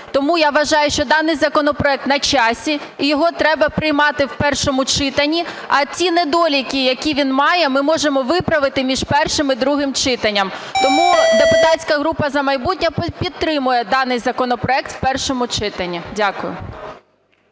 Тому я вважаю, що даний законопроект на часі і його треба приймати в першому читанні. А ті недоліки, які він має, ми можемо виправити між першим і другим читання. Тому депутатська група "За майбутнє" підтримує даний законопроект в першому читанні. Дякую.